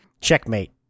Checkmate